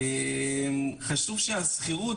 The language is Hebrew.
על ציר הזמן המתמשך